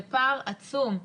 זה פער עצום,